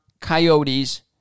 Coyotes